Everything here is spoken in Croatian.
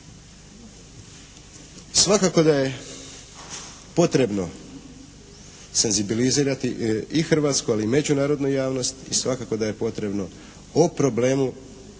Svakako da je potrebno senzibilizirati i hrvatsku, ali i međunarodnu javnost i svakako da je potrebno o problemu